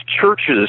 churches